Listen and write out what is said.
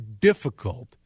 difficult